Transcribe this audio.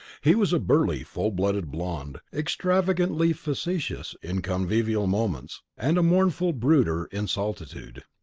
he was a burly full-blooded blond, extravagantly facetious in convivial moments, and a mournful brooder in solitude.